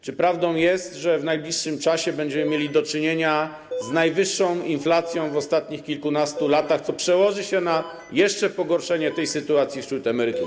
Czy prawdą jest, że w najbliższym czasie będziemy mieli do czynienia z najwyższą inflacją w ostatnich kilkunastu latach, co przełoży się jeszcze na pogorszenie sytuacji emerytów?